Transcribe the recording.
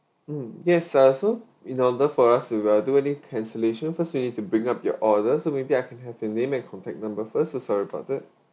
mm yes uh so in order for us to uh do any cancellation first we need to bring up your order so maybe I can have your name and contact number first so sorry about that